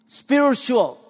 spiritual